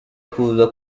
kuza